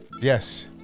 Yes